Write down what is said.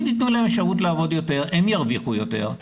אם תתנו להם אפשרות לעבוד יותר, הן ירוויחו יותר.